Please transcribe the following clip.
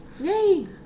Yay